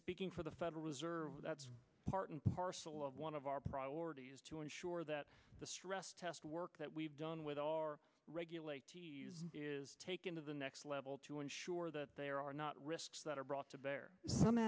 speaking for the federal reserve that's part and parcel of one of our priorities is to ensure that the stress test work that we've done with regulate take into the next level to ensure that there are not risks that are brought to bear some